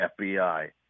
FBI